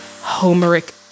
homeric